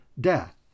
death